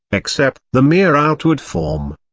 except the mere outward form.